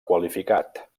qualificat